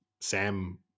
Sam